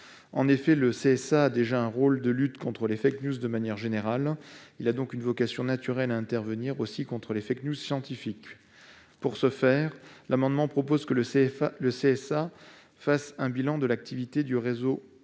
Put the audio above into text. En effet, le CSA a déjà un rôle dans la lutte contre les de manière générale ; il a donc une vocation naturelle à intervenir aussi contre les scientifiques. Pour ce faire, nous proposons que le CSA fasse un bilan de l'activité du réseau